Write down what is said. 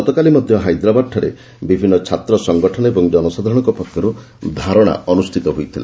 ଗତକାଲି ମଧ୍ୟ ହାଇଦାବାଦଠାରେ ବିଭିନ୍ନ ଛାତସଂଗଠନ ଏବଂ ଜନସାଧାରଣଙ୍କ ପକ୍ଷରୁ ଧାରଣା ଅନୁଷ୍ଠିତ ହୋଇଥିଲା